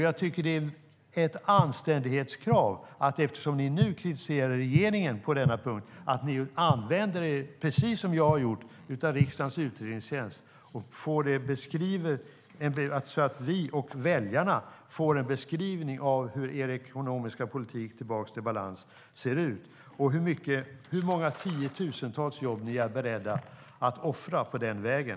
Jag tycker att det är ett anständighetskrav att ni, eftersom ni nu kritiserar regeringen på denna punkt, precis som jag har gjort använder er av riksdagens utredningstjänst så att vi och väljarna får en beskrivning av hur er ekonomiska politik tillbaka till balans ser ut och hur många tiotusentals jobb ni är beredda att offra på den vägen.